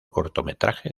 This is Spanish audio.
cortometraje